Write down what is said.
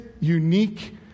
unique